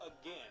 again